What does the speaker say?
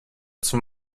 zum